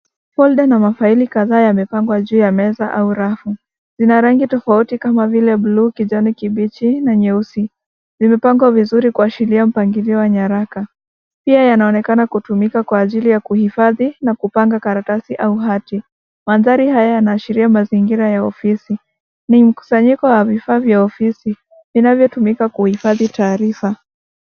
Folda na mafaili kadhaa imepangwa juu ya meza au rafu. Zina rangi tofauti kama vile buluu, kijani kibichi na nyeusi. Zimepangwa vizuri kuashiria mpangilio wa nyaraka. Pia yanaonekana kutumika kwa ajili ya kuhifadhi na kupanga karatasi au hati. Mandhari haya yanaashiria mazingira ya ofisi. Ni mkusanyiko wa vifaa vya ofisi inavyotumika kuhifadhi taarifa.